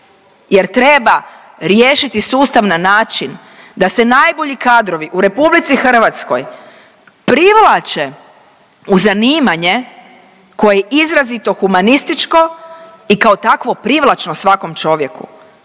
jer treba riješiti sustav na način da se najbolji kadrovi u RH, privlače u zanimanje koje je izrazito humanističko i kao takvo privlačno svakom čovjeku.